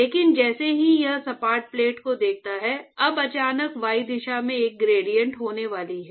लेकिन जैसे ही यह सपाट प्लेट को देखता है अब अचानक y दिशा में एक ग्रेडिएंट होने वाली है